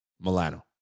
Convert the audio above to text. Milano